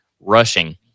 rushing